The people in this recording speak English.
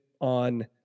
on